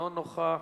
אינו נוכח,